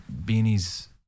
Beanie's